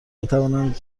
بتوانند